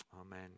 Amen